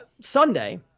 Sunday